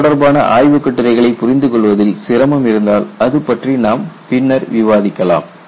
இதுதொடர்பான ஆய்வுக்கட்டுரைகளை புரிந்து கொள்வதில் சிரமம் இருந்தால் அது பற்றி நாம் பின்னர் விவாதிக்கலாம்